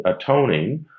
atoning